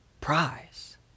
prize